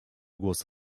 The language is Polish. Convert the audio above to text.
głos